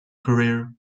career